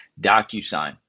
DocuSign